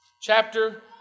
Chapter